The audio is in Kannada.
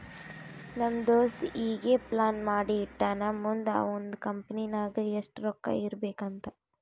ನಮ್ ದೋಸ್ತ ಈಗೆ ಪ್ಲಾನ್ ಮಾಡಿ ಇಟ್ಟಾನ್ ಮುಂದ್ ಅವಂದ್ ಕಂಪನಿ ನಾಗ್ ಎಷ್ಟ ರೊಕ್ಕಾ ಇರ್ಬೇಕ್ ಅಂತ್